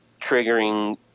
triggering